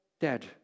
dead